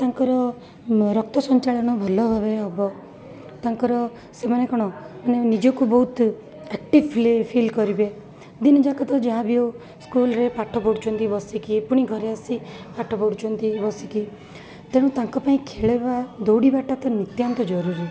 ତାଙ୍କର ରକ୍ତ ସଞ୍ଚାଳନ ଭଲଭାବେ ହବ ତାଙ୍କର ସେମାନେ କ'ଣ ନିଜକୁ ବହୁତ ଆକ୍ଟିଭ ଫିଲ୍ କରିବେ ଦିନଯାକ ତ ଯାହା ବି ହଉ ସ୍କୁଲରେ ପାଠ ପଢ଼ୁଛନ୍ତି ବସିକି ପୁଣି ଘରେ ଆସି ପାଠ ପଢ଼ୁଛନ୍ତି ବସିକି ତେଣୁ ତାଙ୍କ ପାଇଁ ଖେଳିବା ଦୌଡ଼ିବାଟା ତ ନିତ୍ୟାନ୍ତ ଜରୁରୀ